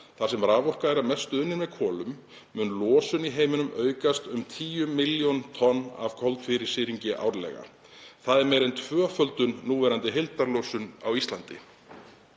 þar sem raforka er að mestu unnin með kolum, mun losun í heiminum aukast um 10 milljón tonn af koltvísýringi árlega. Það er meira en tvöföldun á núverandi heildarlosun Íslands“.